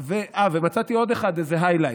מצאתי עוד אחת, איזה היי-לייט,